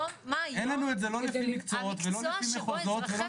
אין לנו את זה לא לפי מקצועות ולא לפי מחוזות ולא לפי קופות.